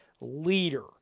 leader